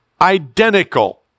identical